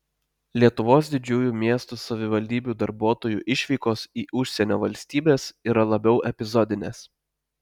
lietuvos didžiųjų miestų savivaldybių darbuotojų išvykos į užsienio valstybes yra labiau epizodinės